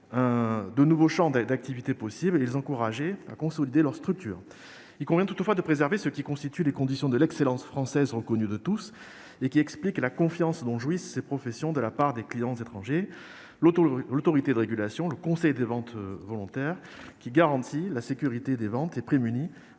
de nouveaux champs d'activité possibles et les encourager à consolider leurs structures. Il convient toutefois de préserver ce qui constitue les conditions de l'excellence française, reconnue de tous, lesquelles expliquent la confiance dont jouissent ces professions de la part des clients étrangers : l'autorité de régulation- le Conseil des ventes volontaires -, qui garantit la sécurité des ventes et prémunit